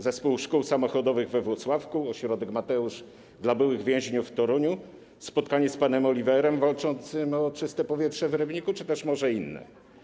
Zespół Szkół Samochodowych we Włocławku, ośrodek „Mateusz” dla byłych więźniów w Toruniu, spotkanie z panem Oliwerem walczącym o czyste powietrze w Rybniku czy też może inne?